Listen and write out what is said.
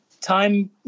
time